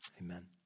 Amen